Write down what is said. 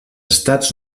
estats